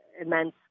immense